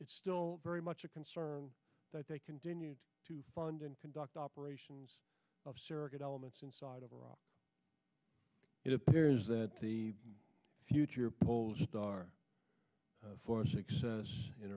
it's still very much a concern that they continue to fund and conduct operations of surrogate elements inside of iraq it appears that the future polls just are for success in